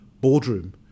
boardroom